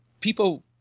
people